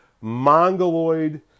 mongoloid